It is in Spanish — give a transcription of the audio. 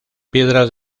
piedras